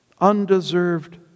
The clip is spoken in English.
Undeserved